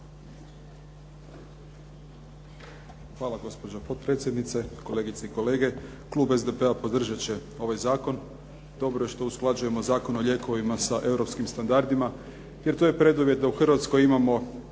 Hvala. Gospođo potpredsjednice, kolegice i kolege. Klub SDP-a podržat će ovaj zakon. Dobro je što usklađujemo Zakon o lijekovima sa europskim standardima jer to je preduvjet da u Hrvatskoj imamo